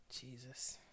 Jesus